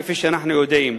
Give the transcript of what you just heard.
כפי שאנחנו יודעים.